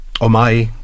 Omai